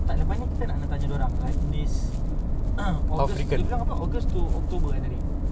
tak lepas ni kita nak lah tanya dia orang like this august dia bilang apa august to october ya tadi